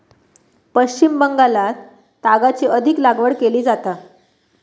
पश्चिम बंगालात तागाची अधिक लागवड केली जाता